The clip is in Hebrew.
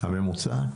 הממוצע.